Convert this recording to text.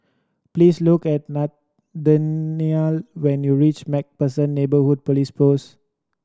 please look at Nathanial when you reach Macpherson Neighbourhood Police Post